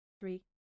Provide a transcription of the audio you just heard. three